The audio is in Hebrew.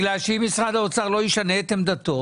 כי אם משרד האוצר לא ישנה את עמדתו